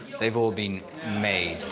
they've all been made,